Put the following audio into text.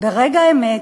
ברגע האמת,